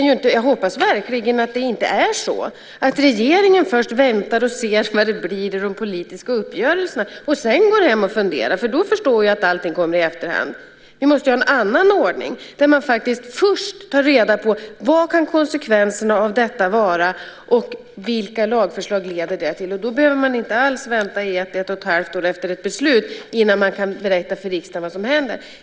Jag hoppas verkligen att det inte är så att regeringen först väntar och ser vad det blir i de politiska uppgörelserna och sedan går hem och funderar. Då förstår jag att allting kommer i efterhand. Vi måste ha en annan ordning, där man först tar reda på vad konsekvenserna kan vara och vilka lagförslag detta leder till. Då behöver man inte alls vänta i ett till ett och ett halvt år efter ett beslut innan man kan berätta för riksdagen vad som händer.